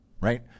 right